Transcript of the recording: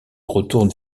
retourne